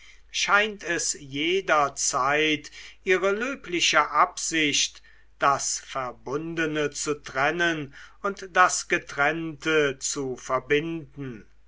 scheint es jeder zeit ihre löbliche absicht das verbundene zu trennen und das getrennte zu verbinden